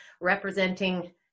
representing